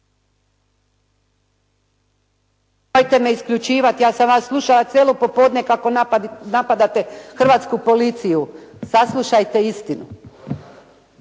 Hvala